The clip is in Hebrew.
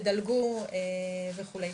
תדלגו וכו'.